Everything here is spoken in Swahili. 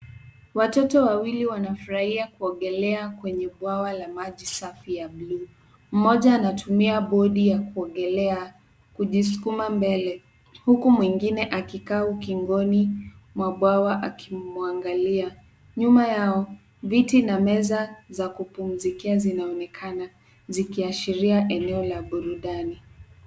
Watoto wawili wanafurahia kuogelea kwenye bwawa la maji safi ya buluu. Mmoja anatumia bodi ya kuogelea kujisukuma mbele huku mwingine akikaa ukingoni mwa bwawa akimwangalia. Nyuma yao, viti na meza za kupumzikia zinaonekana, zikiashiria eneo la burudani.